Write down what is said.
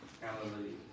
Hallelujah